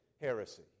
heresy